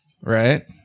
right